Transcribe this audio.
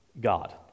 God